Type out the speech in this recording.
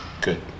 Good